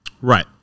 Right